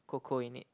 cocoa in it